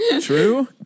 True